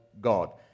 God